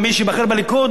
יש לי חדשות בשבילך.